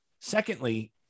secondly